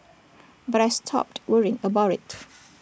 but I stopped worrying about IT